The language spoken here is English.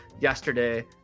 yesterday